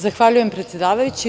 Zahvaljujem, predsedavajući.